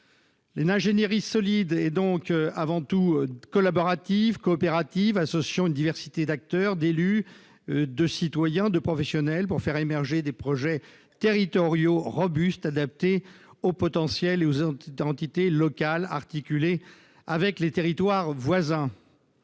ingénierie solide est donc avant tout collaborative, coopérative, associant une diversité d'acteurs, d'élus, de citoyens, de professionnels pour faire émerger des projets territoriaux robustes adaptés au potentiel des entités locales et articulés avec les territoires voisins.